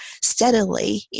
steadily